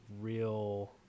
real